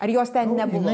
ar jos ten nebuvo